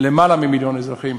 יותר ממיליון אזרחים,